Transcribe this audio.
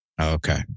Okay